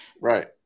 right